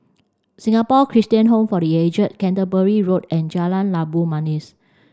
Singapore Christian Home for The Aged Canterbury Road and Jalan Labu Manis